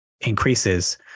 increases